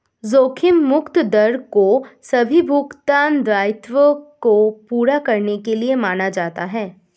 जोखिम मुक्त दर को सभी भुगतान दायित्वों को पूरा करने के लिए माना जाता है